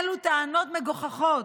אילו טענות מגוחכות,